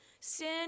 Sin